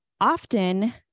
Often